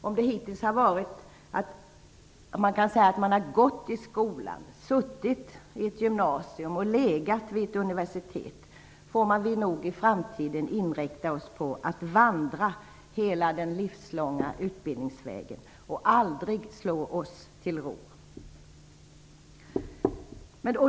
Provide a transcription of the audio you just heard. Om det kan sägas att vi hittills gått i skolan, suttit i ett gymnasium och legat vid ett universitet, så får vi nog i framtiden inrikta oss på att vandra hela den livslånga utbildningsvägen och aldrig slå oss till ro.